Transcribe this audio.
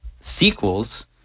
sequels